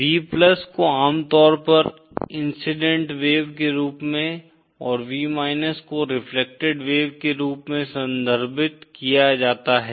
V को आमतौर पर इंसिडेंट वेव के रूप में और V को रेफ्लेक्टेड वेव के रूप में संदर्भित किया जाता है